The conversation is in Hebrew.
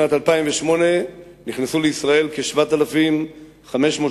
בשנת 2008 נכנסו לישראל כ-7,000 איש,